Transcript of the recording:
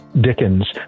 Dickens